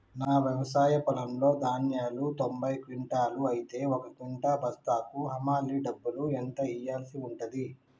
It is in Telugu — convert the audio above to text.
నా వ్యవసాయ పొలంలో ధాన్యాలు తొంభై క్వింటాలు అయితే ఒక క్వింటా బస్తాకు హమాలీ డబ్బులు ఎంత ఇయ్యాల్సి ఉంటది?